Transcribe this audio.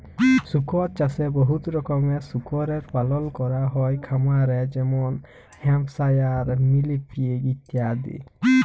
শুকর চাষে বহুত রকমের শুকরের পালল ক্যরা হ্যয় খামারে যেমল হ্যাম্পশায়ার, মিলি পিগ ইত্যাদি